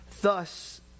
Thus